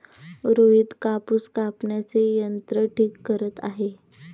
रोहित कापूस कापण्याचे यंत्र ठीक करत आहे